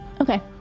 Okay